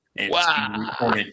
Wow